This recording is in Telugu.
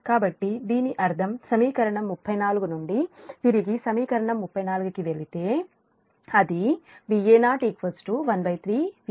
కాబట్టి దీని అర్థం సమీకరణం 34 నుండి మీరు తిరిగి సమీకరణం 34 కి వెళితే అది Vao 13 Va 2Vb